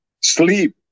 sleep